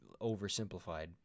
oversimplified